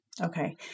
Okay